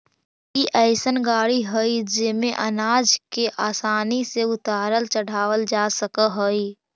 ई अइसन गाड़ी हई जेमे अनाज के आसानी से उतारल चढ़ावल जा सकऽ हई